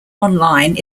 online